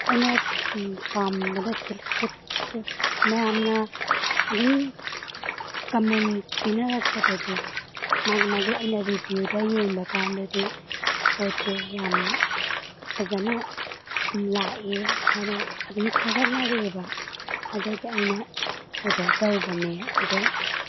ꯑꯩꯅ ꯄꯥꯝꯕꯗ ꯃꯌꯥꯝꯅ ꯑꯗꯨꯝ ꯀꯃꯦꯟ ꯄꯤꯅꯔꯛꯄꯗꯗꯤ ꯃꯥꯒꯤ ꯃꯥꯒꯤ ꯑꯩꯅ ꯔꯤꯕꯤꯎꯗ ꯌꯦꯡꯕ ꯀꯥꯟꯗꯗꯤ ꯄꯣꯠꯁꯦ ꯌꯥꯝ ꯐꯖꯅ ꯂꯥꯛꯑꯦ ꯍꯥꯏꯅ ꯑꯗꯨꯝ ꯊꯥꯒꯠꯅꯔꯛꯑꯦꯕ ꯑꯗꯨꯒꯤ ꯑꯩꯅ ꯑꯣꯗꯔ ꯇꯧꯕꯅꯦ ꯑꯗꯨ